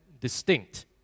distinct